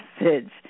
message